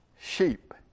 sheep